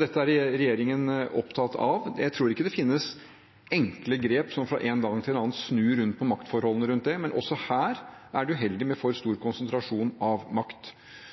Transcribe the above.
Dette er regjeringen opptatt av. Jeg tror ikke det finnes enkle grep som fra den ene dagen til den andre snur rundt på maktforholdene, men også her er det uheldig med for stor konsentrasjon av makt.